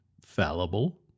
fallible